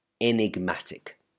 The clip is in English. enigmatic